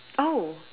oh